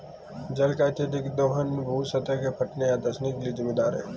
जल का अत्यधिक दोहन भू सतह के फटने या धँसने के लिये जिम्मेदार है